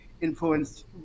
influenced